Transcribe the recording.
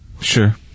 Sure